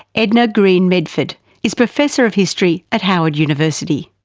edna greene medford is professor of history at howard university.